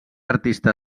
artista